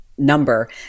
number